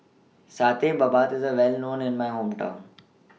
Satay Babat IS A Well known in My Hometown